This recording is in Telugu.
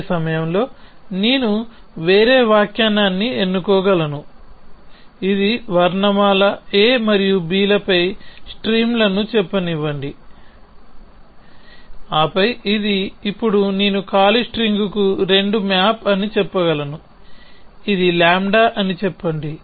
అదే సమయంలో నేను వేరే వ్యాఖ్యానాన్ని ఎన్నుకోగలను ఇది వర్ణమాల a మరియు b లపై స్ట్రీమ్ లను చెప్పనివ్వండి ఆపై ఇది ఇప్పుడు నేను ఖాళీ స్ట్రింగ్కు రెండు మ్యాప్ అని చెప్పగలను ఇది γ అని చెప్పండి